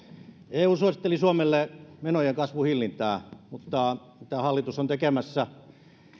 eu suositteli suomelle menojen kasvun hillintää mutta tämä hallitus on tekemässä